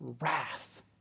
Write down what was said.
wrath